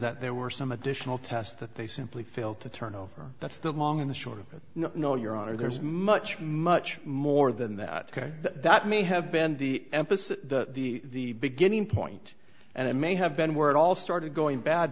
that there were some additional tests that they simply failed to turn over that's the long in the short of no your honor there's much much more than that that may have been the emphasis to the beginning point and it may have been where it all started going bad